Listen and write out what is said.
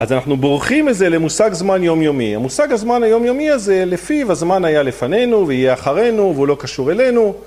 אז אנחנו בורחים מזה למושג זמן יומיומי, המושג הזמן היומיומי הזה לפי והזמן היה לפנינו ויהיה אחרינו והוא לא קשור אלינו